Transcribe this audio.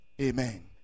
Amen